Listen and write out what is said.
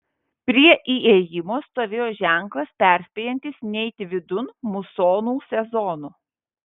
prie įėjimo stovėjo ženklas perspėjantis neiti vidun musonų sezonu